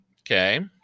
okay